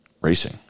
racing